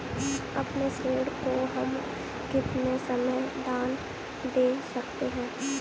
अपने ऋण को हम कितने समय बाद दे सकते हैं?